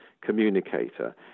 communicator